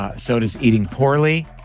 ah so does eating poorly,